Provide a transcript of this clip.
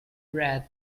bread